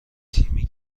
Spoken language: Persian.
تیمی